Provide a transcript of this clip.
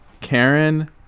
karen